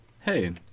Hey